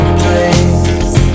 place